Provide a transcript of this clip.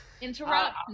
Interrupt